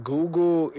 Google